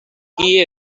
qui